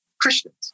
Christians